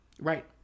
Right